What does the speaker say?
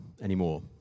anymore